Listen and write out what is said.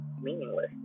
meaningless